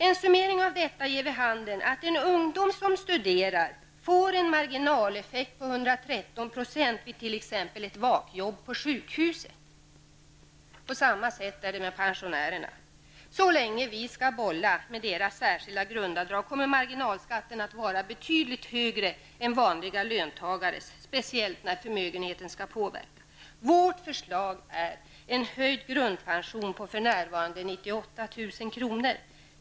En summering av detta ger vid handen att en ungdom som studerar får en marginaleffekt på 113 % vid t.ex. ett vak-jobb på sjukhus. Förhållandet är detsamma för pensionärerna. Så länge vi skall bolla med deras särskilda grundavdrag, kommer deras marginalskatt att vara betydligt högre än vanliga löntagares, speciellt när förmögenheten skall påverka. Vårt förslag är en höjd grundpension på för närvarande 98 000 kr.